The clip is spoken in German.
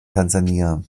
tansania